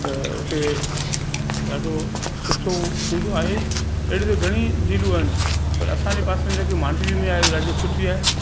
त उते ॾाढो सुठो हूंदो आहे अहिड़ी त घणी झीलूं आहिनि पर असांजे पासे में जेकी मांडवी में आहे ॾाढी सुठी आहे